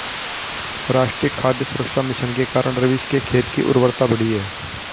राष्ट्रीय खाद्य सुरक्षा मिशन के कारण रवीश के खेत की उर्वरता बढ़ी है